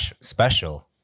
special